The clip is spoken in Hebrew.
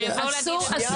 שיבואו להגיד את זה.